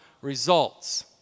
results